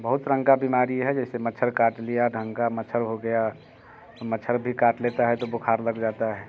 बहुत रंग का बीमारी है जैसे मच्छर काट लिया ढंग का मच्छर हो गया मच्छर भी काट लेता है तो बुखार लग जाता है